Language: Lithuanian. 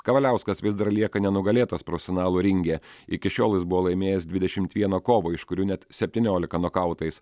kavaliauskas vis dar lieka nenugalėtas profesionalų ringe iki šiol jis buvo laimėjęs dvidešimt vieną kovą iš kurių net septyniolika nokautais